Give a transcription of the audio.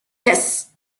yes